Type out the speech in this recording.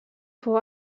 fou